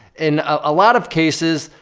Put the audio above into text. in a lot of cases,